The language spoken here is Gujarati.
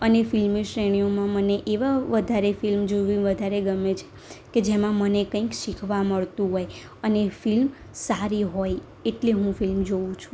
અને ફિલ્મી શ્રેણીઓમાં મને એવા વધારે ફિલ્મ જોવી વધારે ગમે છે કે જેમાં મને કંઈક શીખવા મળતું હોય અને ફિલ્મ સારી હોય એટલે હું ફિલ્મ જોઉં છું